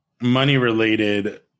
money-related